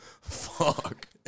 fuck